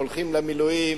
הולכים למילואים,